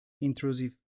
intrusive